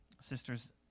sisters